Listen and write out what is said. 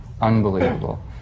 unbelievable